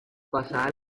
pasadas